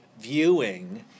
viewing